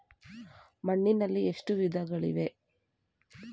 ಮಣ್ಣಿನಲ್ಲಿ ಎಷ್ಟು ವಿಧಗಳಿವೆ?